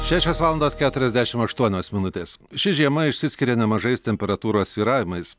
šešios valandos keturiasdešim aštuonios minutės ši žiema išsiskiria nemažais temperatūros svyravimais